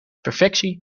perfectie